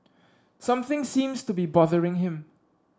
something seems to be bothering him